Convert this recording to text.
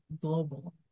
global